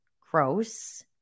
gross